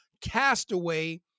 castaway